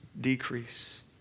decrease